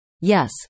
yes